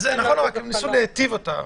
ניסו לטייב אותה.